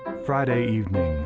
friday evening.